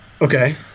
Okay